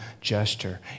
gesture